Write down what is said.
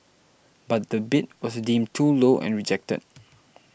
but the bid was deemed too low and rejected